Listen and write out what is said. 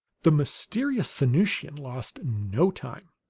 the mysterious sanusian lost no time.